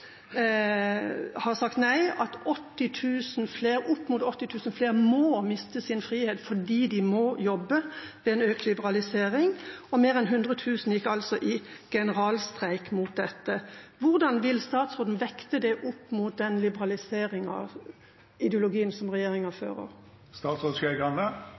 har sagt nei, at opp mot 80 000 flere mister sin frihet fordi de må jobbe. Det er en økt liberalisering. Mer enn 100 000 gikk altså i generalstreik mot dette. Hvordan vil statsråden vekte det opp mot den liberaliseringen av ideologien som regjeringa